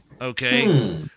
Okay